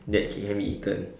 that it can be eaten